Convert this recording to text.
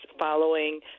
following